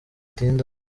atinda